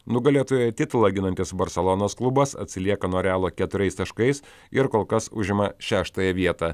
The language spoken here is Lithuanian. nugalėtojo titulą ginantis barselonos klubas atsilieka nuo realo keturiais taškais ir kol kas užima šeštąją vietą